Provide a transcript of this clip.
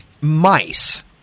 mice